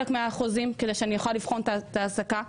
מהחוזים כדי שאני אוכל לבחון את תנאי ההעסקה.